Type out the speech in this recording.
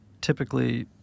typically